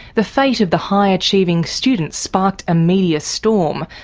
the fate of the high-achieving student sparked a media storm,